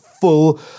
full